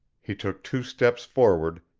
he took two steps forward,